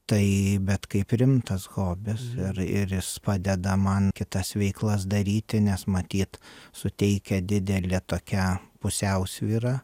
tai bet kaip rimtas hobis ir ir jis padeda man kitas veiklas daryti nes matyt suteikia didelę tokią pusiausvyrą